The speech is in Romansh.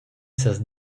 sas